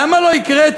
למה לא הקראת,